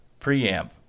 preamp